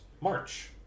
March